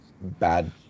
bad